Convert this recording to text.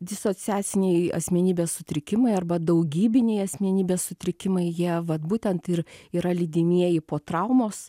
disociaciniai asmenybės sutrikimai arba daugybiniai asmenybės sutrikimai jie vat būtent ir yra lydimieji po traumos